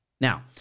Now